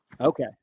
Okay